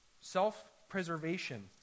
Self-preservation